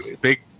big